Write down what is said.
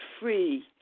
free